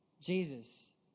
Jesus